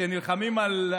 שנלחמת על,